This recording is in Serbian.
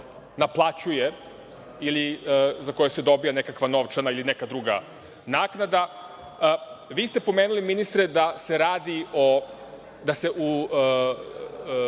naplaćuje ili za koje se dobija nekakva novčana ili neka druga naknada. Vi ste pomenuli, ministre, da u EU